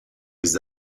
les